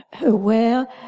aware